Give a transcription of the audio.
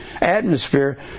atmosphere